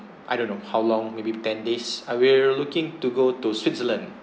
I don't know how long maybe ten days I will looking to go to switzerland